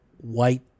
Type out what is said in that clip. white